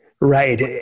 Right